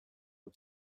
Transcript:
and